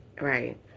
right